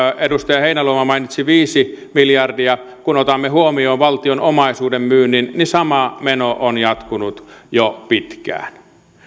edustaja heinäluoma mainitsi viisi miljardia kun otamme huomioon valtion omaisuuden myynnin eli sama meno on jatkunut jo pitkään